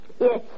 Yes